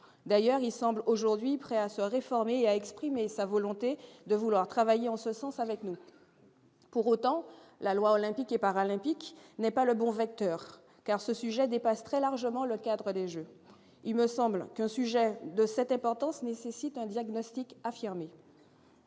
d'ailleurs, il semble aujourd'hui prêt à se réformer, a exprimé sa volonté de vouloir travailler en ce sens avec nous pour autant la loi olympique et paralympique n'est pas le bon vecteur car ce sujet dépasse très largement le cadre des Jeux, il me semble qu'un sujet de cette importance nécessite un diagnostic affirmé.